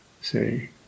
say